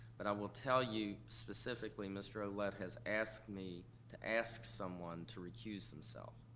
but i will tell you specifically, mr. ouellette has asked me to ask someone to recuse himself.